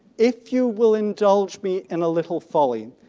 if you will indulge me in a little folly,